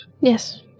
Yes